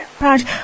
Right